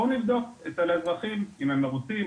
בואו נבדוק אם האזרחים מרוצים,